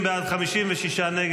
50 בעד, 56 נגד.